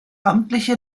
amtliche